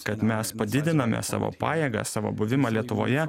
kad mes padidiname savo pajėgas savo buvimą lietuvoje